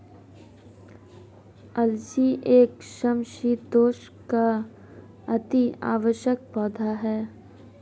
अलसी एक समशीतोष्ण का अति आवश्यक पौधा है